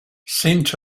saint